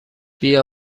بیا